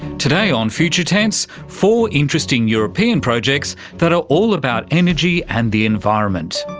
today on future tense, four interesting european projects that are all about energy and the environment,